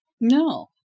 No